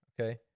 Okay